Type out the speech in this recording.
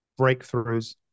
breakthroughs